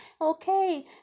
Okay